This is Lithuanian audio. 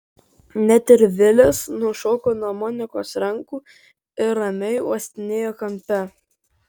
net ir vilis nušoko nuo monikos rankų ir ramiai uostinėjo kampe